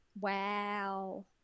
wow